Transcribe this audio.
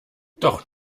doch